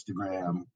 Instagram